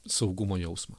saugumo jausmą